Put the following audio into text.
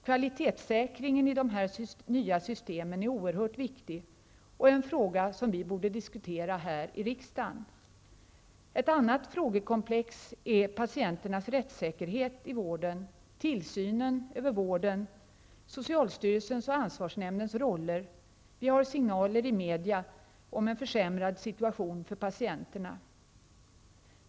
Kvalitetssäkringen i dessa nya system är oerhört viktig och en fråga som vi borde diskutera. Ett annat frågekomplex är patienternas rättssäkerhet i vården, tillsynen över vården, socialstyrelsens och ansvarsnämndens roller. Vi har signaler i media om försämrad situation för patienterna.